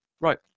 right